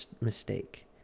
mistake